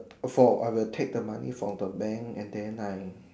for I will take the money from the bank and then I